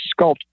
sculpt